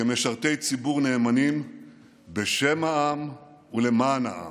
כמשרתי ציבור נאמנים בשם העם ולמען העם.